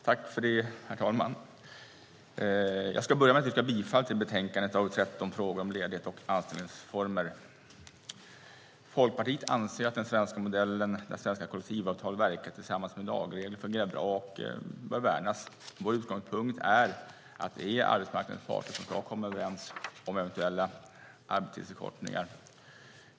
Herr talman! Jag ska börja med att yrka bifall till förslaget i betänkande AU13, Frågor om ledighet och anställningsformer . Folkpartiet anser att den svenska modellen, där svenska kollektivavtal verkar tillsammans med lagregler, fungerar bra och bör värnas. Vår utgångspunkt är att det är arbetsmarknadens parter som bör komma överens om eventuella arbetstidsförkortningar.